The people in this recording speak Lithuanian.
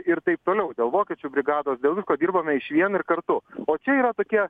ir taip toliau dėl vokiečių brigados dėl visko dirbame išvien ir kartu o čia yra tokie